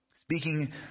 speaking